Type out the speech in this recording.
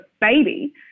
baby